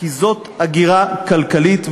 כי זו הגירה כלכלית,